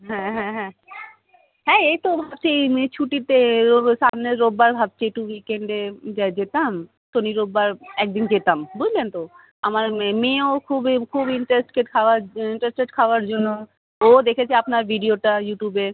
হ্যাঁ হ্যাঁ হ্যাঁ হ্যাঁ এই তো ভাবছি এই মেয়ের ছুটিতে ও সামনে রবিবার ভাবছি একটু উইকেন্ডে যেতাম শনি রবিবার এক দিন যেতাম বুঝলেন তো আমার মেয়ে মেয়েও খুবই খুব ইন্টারেস্টকে খাওয়ার ইন্টরেস্টেড খাওয়ার জন্য ও দেখেছে আপনার ভিডিওটা ইউটিউবে